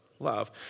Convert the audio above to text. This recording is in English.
love